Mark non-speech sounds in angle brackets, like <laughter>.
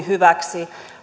<unintelligible> hyväksi